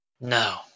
No